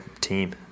team